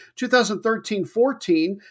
2013-14